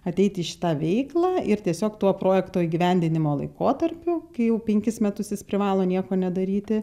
ateiti į šitą veiklą ir tiesiog tuo projekto įgyvendinimo laikotarpiu kai jau penkis metus jis privalo nieko nedaryti